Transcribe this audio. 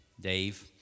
Dave